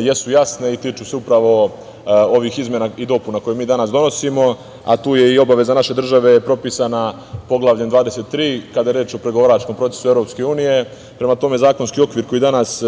jesu jasne i tiču se upravo ovih izmena i dopuna koje mi danas donosimo, a tu je i obaveza naše države propisana Poglavljem 23, kada je reč o pregovaračkom procesu Evropske unije. Prema tome, zakonski okvir koji ćemo danas,